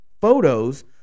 photos